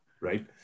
right